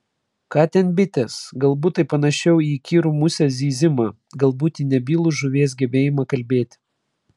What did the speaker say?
ką ten bitės galbūt tai panašiau į įkyrų musės zyzimą galbūt į nebylų žuvies gebėjimą kalbėti